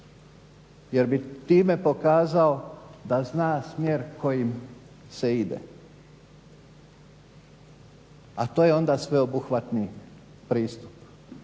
jer bi time pokazao da zna smjer kojim se ide a to je onda sveobuhvatni pristup,